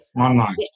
online